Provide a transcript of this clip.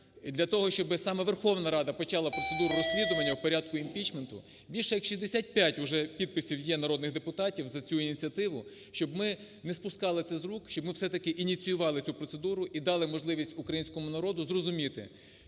Для того, щоб саме Верховна Рада почала процедуру розслідування в порядку імпічменту. Більше як 65 уже підписів є народних депутатів за цю ініціативу. Щоб ми не спускали це з рук, щоб ми все-таки ініціювали цю процедуру і дали можливість українському народу зрозуміти,